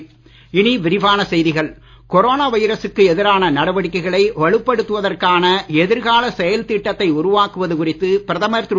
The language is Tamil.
மோடி கொரோனா வைரசுக்கு எதிரான நடவடிக்கைகளை வலுப்படுத்துவதற்கான எதிர்கால செயல்திட்டத்தை உருவாக்குவது குறித்து பிரதமர் திரு